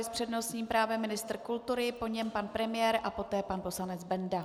S přednostním právem ministr kultury, po něm pan premiér a poté pan poslanec Benda.